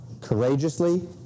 Courageously